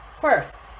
First